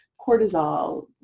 cortisol